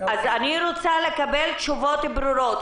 אז אני רוצה לקבל תשובות ברורות.